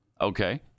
Okay